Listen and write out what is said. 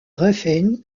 ruffin